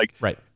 right